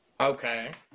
Okay